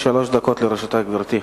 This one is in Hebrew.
שלוש דקות לרשותך, גברתי.